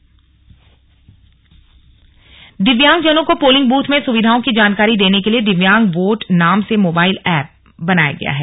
रु द्रप्रयाग ऐप दिव्यांगजनों को पोलिंग बूथ में सुविधाओं की जानकारी देने के लिए दिव्यांग वोट नाम से मोबाइल एप बनाया गया है